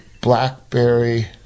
blackberry